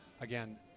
again